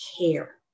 care